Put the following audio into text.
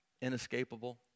inescapable